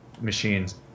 machines